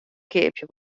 keapje